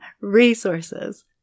resources